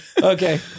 okay